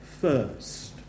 first